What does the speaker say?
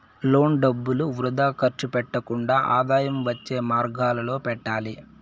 loan డబ్బులు వృథా ఖర్చు పెట్టకుండా ఆదాయం వచ్చే మార్గాలలో పెట్టాలి